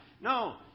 No